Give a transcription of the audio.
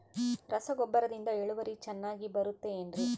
ರಸಗೊಬ್ಬರದಿಂದ ಇಳುವರಿ ಚೆನ್ನಾಗಿ ಬರುತ್ತೆ ಏನ್ರಿ?